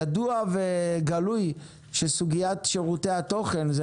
ידוע וגלוי שסוגיית שירותי התוכן זה